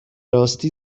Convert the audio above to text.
راستی